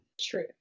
True